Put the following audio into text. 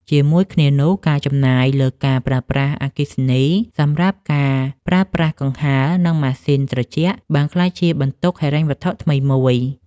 ជាមួយគ្នានោះ ការចំណាយលើការប្រើប្រាស់អគ្គិសនីសម្រាប់ការប្រើប្រាស់កង្ហារ និងម៉ាស៊ីនត្រជាក់បានក្លាយជាបន្ទុកហិរញ្ញវត្ថុថ្មីមួយ។